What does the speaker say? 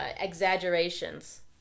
exaggerations